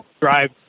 drive